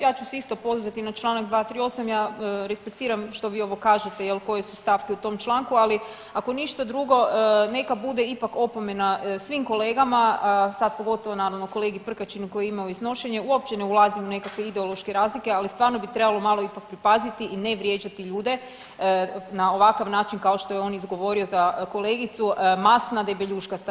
Ja ću se isto pozvati na čl. 238. ja respektiram što vi ovo kažete koje su stavke u tom članku, ali ako ništa drugo neka bude ipak opomena svim kolegama, sad pogotovo naravno kolegi Prkačinu koji je imao iznošenje, uopće ne ulazim u nekakve ideološke razlike, ali stvarno bi trebalo malo ipak pripaziti i ne vrijeđati ljude na ovakav način kao što je on izgovorio za kolegicu masna debeljuškasta.